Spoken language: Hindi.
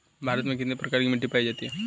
भारत में कितने प्रकार की मिट्टी पाई जाती हैं?